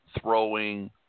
throwing